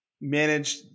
manage